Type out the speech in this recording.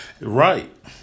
Right